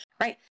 right